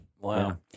Wow